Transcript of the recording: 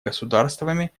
государствами